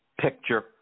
picture